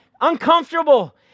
uncomfortable